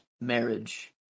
marriage